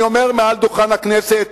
אני אומר מעל דוכן הכנסת: